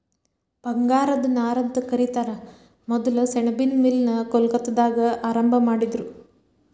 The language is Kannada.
ಬಂಗಾರದ ನಾರಂತ ಕರಿತಾರ ಮೊದಲ ಸೆಣಬಿನ್ ಮಿಲ್ ನ ಕೊಲ್ಕತ್ತಾದಾಗ ಆರಂಭಾ ಮಾಡಿದರು